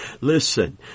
Listen